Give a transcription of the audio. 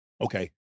okay